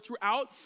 throughout